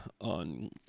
on